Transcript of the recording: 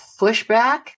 pushback